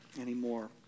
anymore